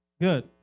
Good